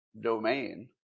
domain